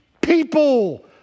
people